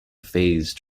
phase